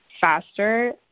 faster